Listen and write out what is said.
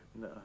No